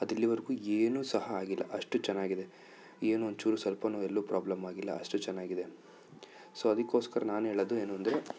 ಅದು ಇಲ್ಲಿವರೆಗೂ ಏನೂ ಸಹ ಆಗಿಲ್ಲ ಅಷ್ಟು ಚೆನ್ನಾಗಿದೆ ಏನು ಒಂಚೂರು ಸ್ವಲ್ಪ ಎಲ್ಲೂ ಪ್ರಾಬ್ಲಮ್ ಆಗಿಲ್ಲ ಅಷ್ಟು ಚೆನ್ನಾಗಿದೆ ಸೊ ಅದಕ್ಕೋಸ್ಕರ ನಾನು ಹೇಳೋದು ಏನು ಅಂದರೆ